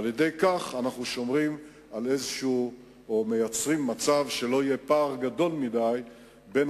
על-ידי כך אנחנו מייצרים מצב שלא יהיה פער גדול מדי בין